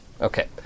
Okay